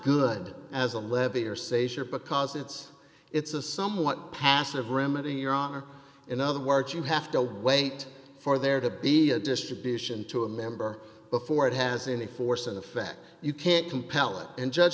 sure because it's it's a somewhat passive remedy your honor in other words you have to wait for there to be a distribution to a member before it has any force and effect you can't compel and judge